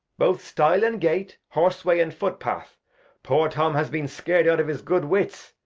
both stile and gate, horse way and foot-path poor tom has been scar'd out of his good wits